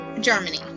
Germany